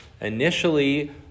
initially